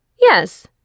Yes